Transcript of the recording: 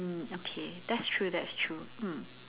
mm okay that's true that's true mm